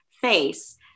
face